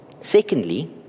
Secondly